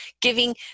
giving